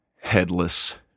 headless